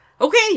Okay